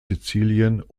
sizilien